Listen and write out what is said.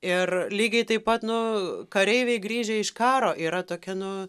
ir lygiai taip pat nu kareiviai grįžę iš karo yra tokia nu